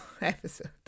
episode